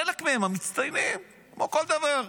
חלק מהם, המצטיינים, כמו כל דבר.